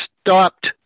stopped